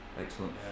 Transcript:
excellent